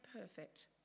perfect